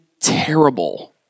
terrible